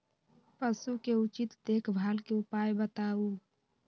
पशु के उचित देखभाल के उपाय बताऊ?